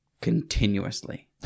continuously